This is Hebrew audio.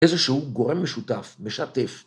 ‫איזשהו גורם משותף, משתף.